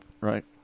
right